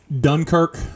Dunkirk